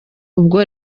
ubwo